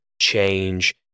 change